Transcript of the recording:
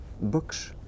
books